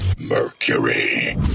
Mercury